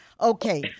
Okay